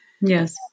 Yes